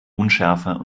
unschärfer